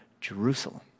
Jerusalem